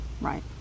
Right